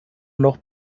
noch